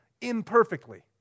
imperfectly